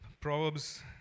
Proverbs